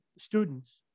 students